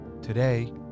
Today